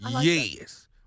Yes